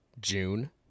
June